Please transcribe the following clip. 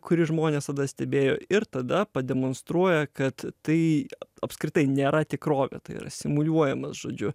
kurį žmonės tada stebėjo ir tada pademonstruoja kad tai apskritai nėra tikrovė tai yra simuliuojamas žodžiu